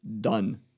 done